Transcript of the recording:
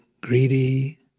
greedy